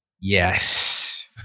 Yes